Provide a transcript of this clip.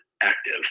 active